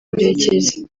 murekezi